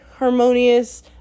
harmonious